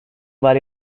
وری